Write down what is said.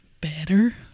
better